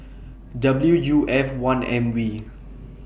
W U F one M V